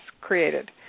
created